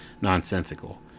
nonsensical